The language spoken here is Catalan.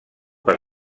per